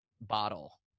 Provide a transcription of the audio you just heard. bottle